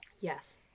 Yes